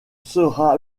sera